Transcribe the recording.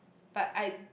but I